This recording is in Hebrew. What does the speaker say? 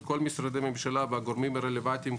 כל משרדי הממשלה והגורמים הרלוונטיים.